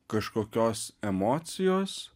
kažkokios emocijos